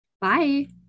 bye